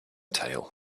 tail